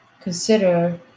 consider